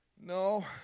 No